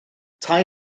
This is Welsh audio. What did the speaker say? tai